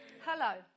Hello